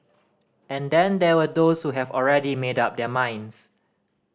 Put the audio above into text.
and then there were those who have already made up their minds